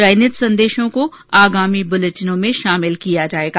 चयनित संदेशों को आगामी बुलेटिनों में शामिल किया जाएगा